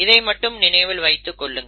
இதை மட்டும் நினைவில் வைத்துக் கொள்ளுங்கள்